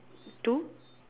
two